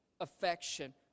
affection